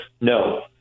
No